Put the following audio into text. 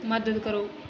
ਮਦਦ ਕਰੋ